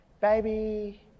baby